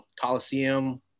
Coliseum